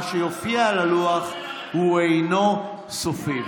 מה שיופיע על הלוח הוא אינו סופי.